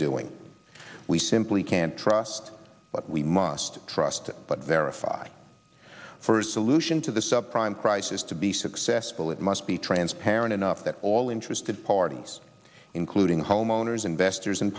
doing we simply can't trust but we must trust but verify for a solution to the subprime crisis to be successful it must be transparent enough that all interested parties including homeowners investors and